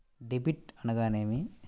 Debit అనగానేమి?